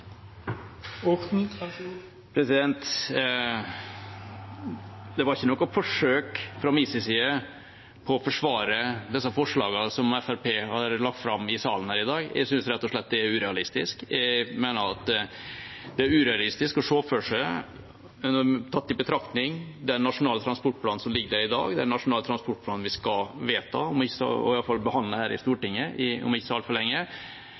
Det var ikke noe forsøk fra min side på å forsvare disse forslagene som Fremskrittspartiet har lagt fram i salen her i dag. Jeg synes rett og slett de er urealistiske. Jeg mener at det er urealistisk å se for seg. Tatt i betraktning den nasjonale transportplanen som ligger der i dag, den nasjonale transportplanen vi skal vedta – iallfall behandle her i Stortinget – om ikke så altfor lenge, er det urealistisk å se for seg, innenfor det handlingsrommet vi har i